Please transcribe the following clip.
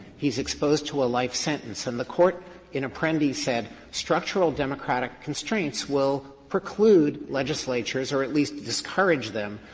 he's exposed to a life sentence. and the court in apprendi said structural democratic constraints will preclude legislatures, or at least discourage them,